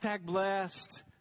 blessed